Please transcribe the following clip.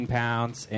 pounds